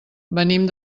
venim